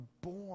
born